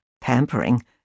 pampering